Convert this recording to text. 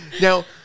Now